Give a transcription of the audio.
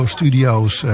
Studios